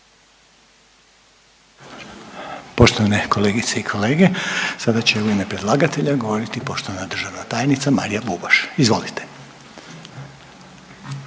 Poštovane kolegice i kolege, sada će u ime predlagatelja govoriti poštovana državna tajnica Marija Bubaš, izvolite.